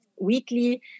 weekly